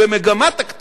הוא במגמת הקטנה,